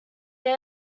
they